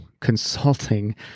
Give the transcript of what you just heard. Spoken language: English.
consulting